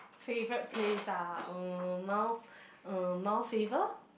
favourite place ah uh Mount uh Mount Faber